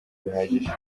buhagije